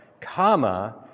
comma